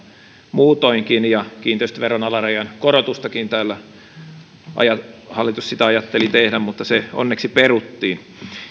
muutoinkin kiinteistöveron alarajan korotustakin hallitus ajatteli tehdä mutta se onneksi peruttiin